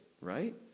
right